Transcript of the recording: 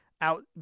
out